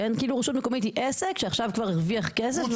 כאילו רשות מקומית היא עסק שעכשיו כבר הרוויח כסף.